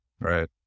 right